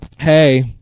hey